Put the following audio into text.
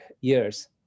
years